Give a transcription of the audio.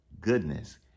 goodness